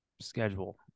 schedule